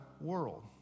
world